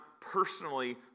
personally